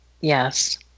yes